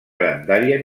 grandària